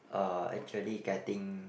uh actually getting